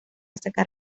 sacar